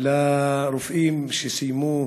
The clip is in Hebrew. לרופאים שסיימו.